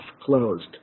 closed